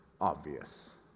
obvious